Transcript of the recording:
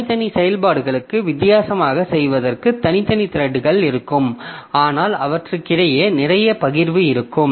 தனித்தனி செயல்பாடுகளுக்கு வித்தியாசமாகச் செய்வதற்கு தனித்தனி த்ரெட்கள் இருக்கும் ஆனால் அவற்றுக்கிடையே நிறைய பகிர்வு இருக்கும்